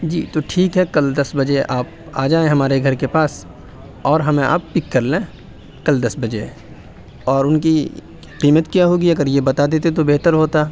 جی تو ٹھیک ہے کل دس بجے آپ آ جائیں ہمارے گھر کے پاس اور ہمیں آپ پک کر لیں کل دس بجے اور ان کی قیمت کیا ہوگی اگر یہ بتا دیتے تو بہتر ہوتا